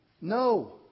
no